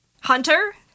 Hunter